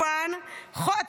מה זה שאוויש?